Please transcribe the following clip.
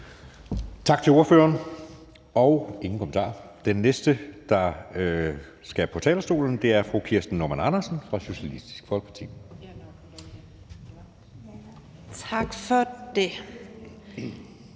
Tak til ordføreren. Der er ingen kommentarer. Den næste, der skal på talerstolen, er fru Kirsten Normann Andersen fra Socialistisk Folkeparti. Kl.